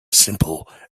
simple